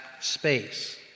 space